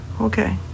Okay